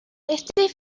este